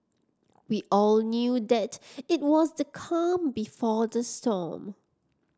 we all knew that it was the calm before the storm